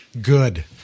Good